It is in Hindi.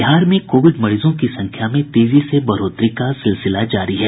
बिहार में कोविड मरीजों की संख्या में तेजी से बढ़ोतरी का सिलसिला जारी है